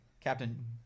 Captain